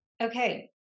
Okay